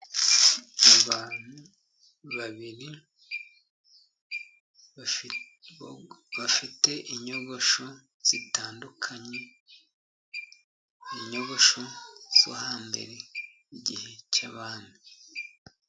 Abantu babiri bafite inyogosho zitandukanye, inyogosho zo hambere igihe cy'abami.